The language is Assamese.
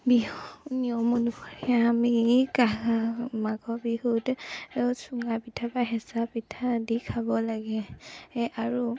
বিহু নিয়ম অনুসৰি আমি কা মাঘৰ বিহুত চুঙা পিঠা বা হেঁচা পিঠা আদি খাব লাগে এ আৰু